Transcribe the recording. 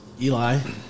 Eli